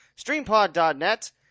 StreamPod.net